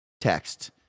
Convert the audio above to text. text